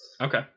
Okay